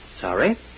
Sorry